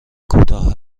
کوتاه